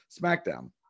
SmackDown